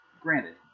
Granted